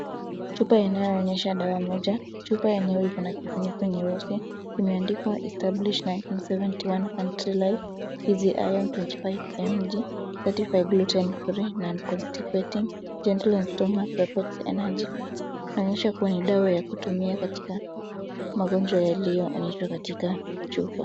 Chupa inayoonyesha dawa moja yenye ikona kifunuko nyeusi. Imeandikwa established 1971 country life easy iron 25mg certified gluten-free non-constipating gentle on stomach supports energy na mwisho kuna dawa ya kutumia katika magonjwa yaloyoonyeshwa katika chupa.